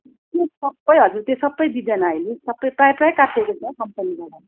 त्यो सबै हजुर त्यो सबै दिँदैन अहिले सबै प्राय प्राय काट्टेको छ कम्पनीबाट